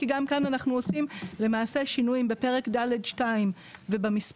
כי גם כאן אנחנו עושים למעשה שינויים בפרק ד'2 ובמספור